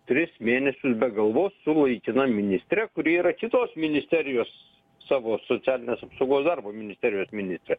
tris mėnesius be galvos su laikina ministre kuri yra kitos ministerijos savo socialinės apsaugos darbo ministerijos ministrė